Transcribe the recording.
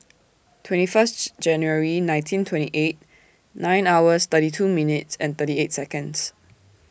twenty First January nineteen twenty eight nine hours thirty two minutes and thirty eight Seconds